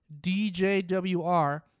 DJWR